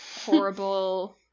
horrible